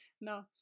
no